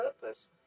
purpose